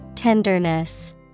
Tenderness